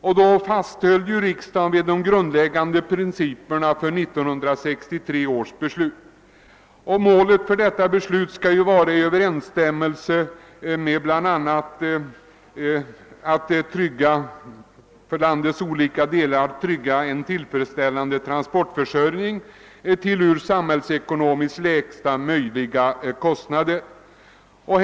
Riksdagen fastställde då de grundläggande principerna för 1963 års beslut. Målet för trafikpolitiken skall enligt detta beslut vara att trygga en tillfredsställande transportförsörjning i landets olika delar till lägsta möjliga samhällsekonomiska kostnad.